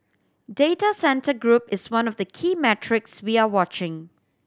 data centre group is one of the key metrics we are watching